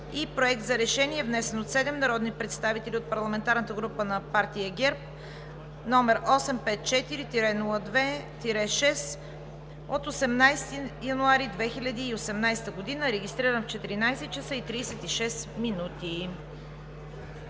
Проект за решение, внесен от седем народни представители от парламентарната група на Партия ГЕРБ, № 854-02-6 от 18 януари 2018 г., регистриран в 14,36 ч.